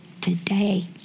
today